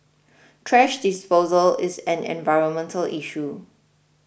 thrash disposal is an environmental issue